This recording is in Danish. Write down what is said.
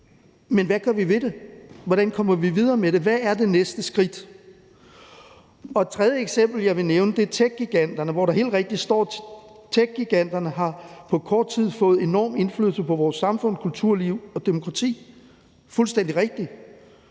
men hvad gør vi ved det? Hvordan kommer vi videre med det? Hvad er det næste skridt? Et tredje eksempel, jeg vil nævne, er techgiganterne, hvor der helt rigtigt står i redegørelsen, at »tech-giganterne har på kort tid har fået enorm indflydelse på vores samfund, kulturliv og demokrati«. Det er fuldstændig rigtigt.